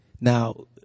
Now